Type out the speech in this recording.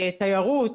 תיירות,